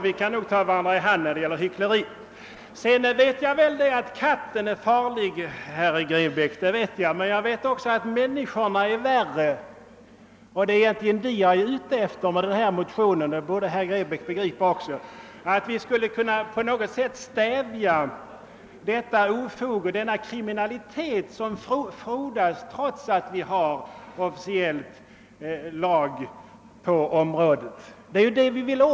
Vi kan nog ta varandra i handen när det gäller hyckleri. Visst vet jag att katten är farlig, herr Grebäck, men jag vet också att människorna är värre och det är egentligen dem jag är ute efter med min motion. Det borde även herr Grebäck begripa. Vi önskar att på något sätt kunna stävja den kriminalitet som frodas trots att vi har officiell lag på området. Det är denna kriminalitet vi vill åt.